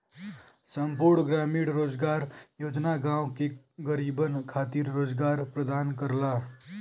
संपूर्ण ग्रामीण रोजगार योजना गांव के गरीबन खातिर रोजगार प्रदान करला